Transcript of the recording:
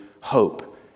hope